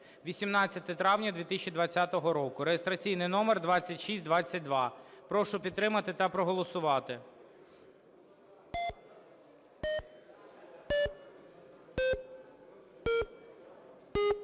(18 травня 2020 року) (реєстраційний номер 2622). Прошу підтримати та проголосувати.